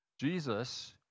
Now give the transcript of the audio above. Jesus